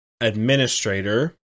administrator